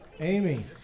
Amy